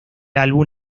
álbum